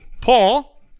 Paul